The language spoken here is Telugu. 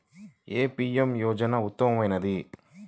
ఏ పీ.ఎం యోజన ఉత్తమమైనది?